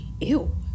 Ew